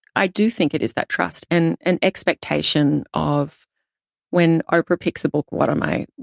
i do think it is that trust, and an expectation of when ah oprah picks a book. what am i,